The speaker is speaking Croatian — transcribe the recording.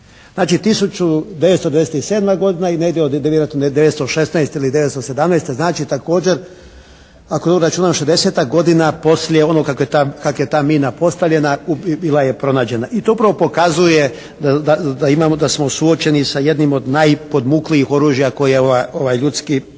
negdje vjerojatno 916. ili 917. znači također ako …/Govornik se ne razumije./… šezdeseta godina poslije onoga kako je ta mina postavljena bila je pronađena. I to upravo pokazuje da smo suočeni sa jednim od najpodmuklijih oružja koje ovaj ljudski